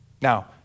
Now